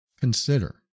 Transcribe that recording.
consider